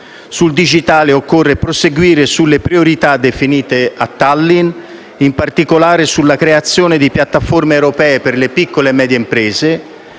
Sul digitale occorre proseguire sulle priorità definite a Tallinn, in particolare sulla creazione di piattaforme europee per le piccole e medie imprese